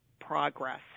progress